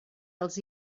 els